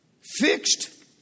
Fixed